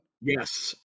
Yes